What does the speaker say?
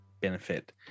benefit